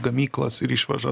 gamyklas ir išveža